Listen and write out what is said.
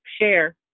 share